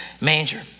manger